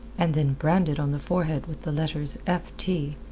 and then branded on the forehead with the letters f. t,